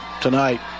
tonight